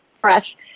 fresh